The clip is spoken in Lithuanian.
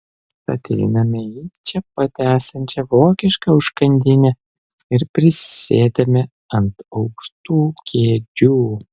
tad einame į čia pat esančią vokišką užkandinę ir prisėdame ant aukštų kėdžių